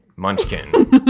Munchkin